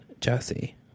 Jesse